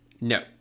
No